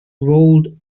rolled